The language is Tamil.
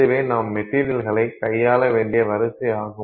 இதுவே நாம் மெட்டீரியல்களைக் கையாள வேண்டிய வரிசை ஆகும்